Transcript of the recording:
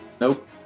Nope